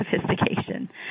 sophistication